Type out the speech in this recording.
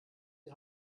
die